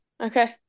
Okay